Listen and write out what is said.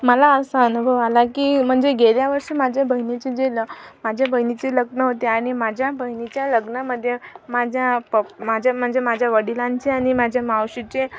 मला असा अनुभव आला की म्हणजे गेल्या वर्षी माझ्या बहिणीचे जे ल माझ्या बहिणीचे लग्न होते आणि माझ्या बहिणीच्या लग्नामध्ये माझ्या प माझ्या म्हणजे माझ्या वडिलांचे आणि माझ्या मावशीचे